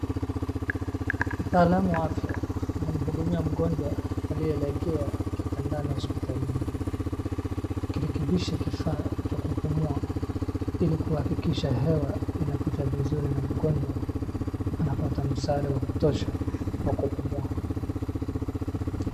Mtaalamu wa afya anamhudumia mgonjwa aliyelegea kitandani hospitalini akirekebisha kifaa cha kupumua ili kuhakikisha hewa inapita vizuri na mgonjwa anapata msaada wa kutosha na kupumua.